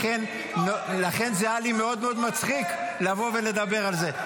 לכן זה היה לי מאוד מאוד מצחיק לבוא ולדבר על זה.